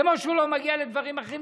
כמו שהוא לא מגיע לדברים אחרים.